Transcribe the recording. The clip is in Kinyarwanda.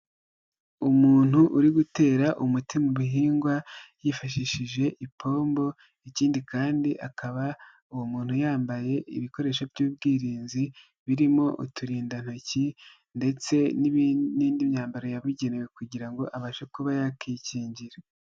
Umuntu uri gutera umuti mu bihingwa yifashishije ipombo, ikindi kandi akaba uwo muntu yambaye ibikoresho by'ubwirinzi birimo uturindantoki ndetse n'indi myambaro yabugenewe kugira ngo abashe kuba yakikingira.